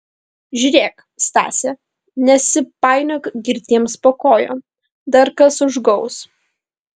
žiūrėk stase nesipainiok girtiems po kojom dar kas užgaus